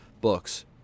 books